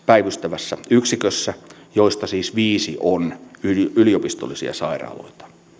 päivystävässä yksikössä joista siis viisi on yliopistollisia sairaaloita